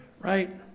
Right